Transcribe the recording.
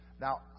Now